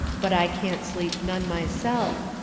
but i can't sleep none myself.